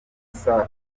safi